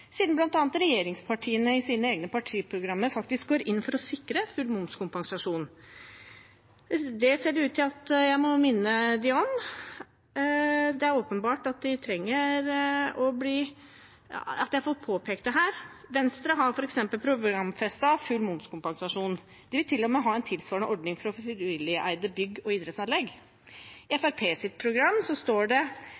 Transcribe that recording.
siden bl.a. regjeringspartiene i sine egne partiprogram faktisk går inn for å sikre full momskompensasjon. Det ser det ut til at jeg må minne dem om. Det er åpenbart at de trenger at jeg påpeker det her. Venstre har f.eks. programfestet full momskompensasjon. De vil til og med ha en tilsvarende ordning for frivilligeide bygg og idrettsanlegg. I